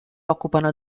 occupano